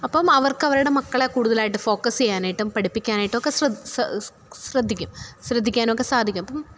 അപ്പം അവര്ക്ക് അവരുടെ മക്കളെ കൂടുതലായിട്ട് ഫോക്കസ് ചെയ്യാനായിട്ടും പഠിപ്പിക്കാനായിട്ടും ഒക്കെ ശ്രദ്ധിക്കും ശ്രദ്ധിക്കാനും ഒക്കെ സാധിക്കും അപ്പം